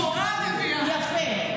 יפה,